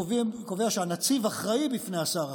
קובע שהנציב אכן אחראי בפני השר,